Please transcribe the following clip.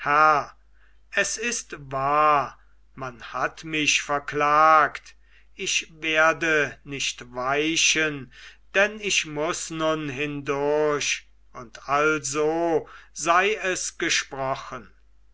es ist wahr man hat mich verklagt ich werde nicht weichen denn ich muß nun hindurch und also sei es gesprochen